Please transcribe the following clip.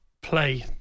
play